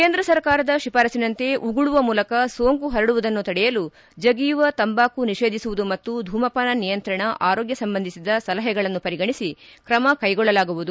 ಕೇಂದ್ರ ಸರ್ಕಾರದ ಶಿಫಾರಸಿನಂತೆ ಉಗುಳುವ ಮೂಲಕ ಸೋಂಕು ಪರಡುವುದನ್ನು ಶಡೆಯಲು ಜಗಿಯುವ ತಂಬಾಕು ನಿಷೇಧಿಸುವುದು ಮತ್ತು ಧೂಮಪಾನ ನಿಯಂತ್ರಣ ಆರೋಗ್ಯ ಸಂಬಂಧಿಸಿದ ಸಲಹೆಗಳನ್ನು ಪರಿಗಣೆಸಿ ಕ್ರಮ ಕೈಗೊಳ್ಳಲಾಗುವುದು